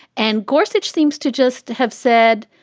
and gorsuch seems to just have said,